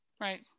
Right